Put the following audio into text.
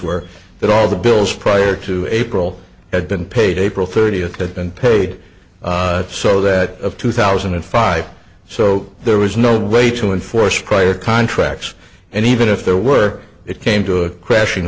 were that all the bills prior to april had been paid april thirtieth and paid so that of two thousand and five so there was no way to enforce prior contracts and even if there were it came to a crashing